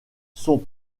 sont